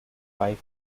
fife